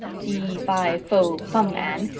fee fi fo fum, anne.